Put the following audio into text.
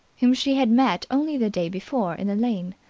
whom she had met only the day before in the lane.